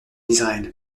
israël